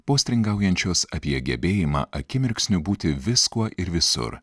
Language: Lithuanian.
postringaujančios apie gebėjimą akimirksniu būti viskuo ir visur